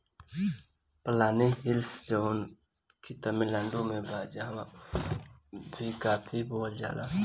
पलानी हिल्स जवन की तमिलनाडु में बा उहाँ भी काफी बोअल जाला